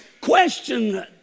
question